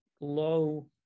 low